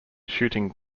shooting